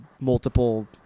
multiple